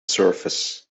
surface